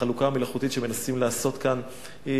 החלוקה המלאכותית שמנסים לעשות כאן היא